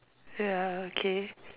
ya okay